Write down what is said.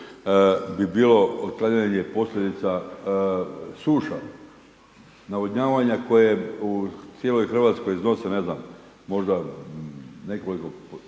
bi bilo otklanjanje posljedica suša, navodnjavanja koje u cijeloj Hrvatskoj iznosi, ne znam, možda nekoliko